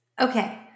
Okay